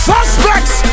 Suspects